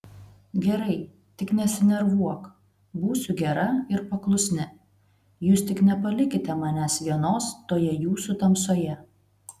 gerai tik nesinervuok būsiu gera ir paklusni jūs tik nepalikite manęs vienos toje jūsų tamsoje